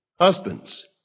husbands